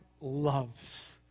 loves